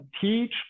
teach